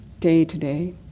day-to-day